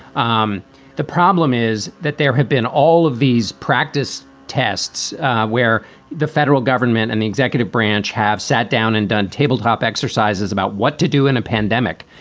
um the problem is that there have been all of these practice tests where the federal government and the executive branch have sat down and done tabletop exercises about what to do in a pandemic.